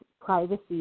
Privacy